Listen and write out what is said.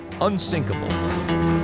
Unsinkable